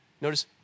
Notice